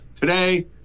today